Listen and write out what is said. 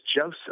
Joseph